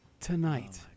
tonight